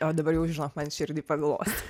o dabar jau žinok man širdį paglostė